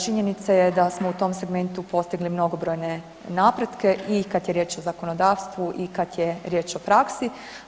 Činjenica je da smo u tom segmentu postigli mnogobrojne napretke i kada je riječ o zakonodavstvu i kada je riječ o praksi.